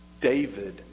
David